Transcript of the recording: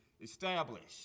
established